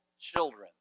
children